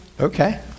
okay